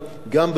גם בפרינט,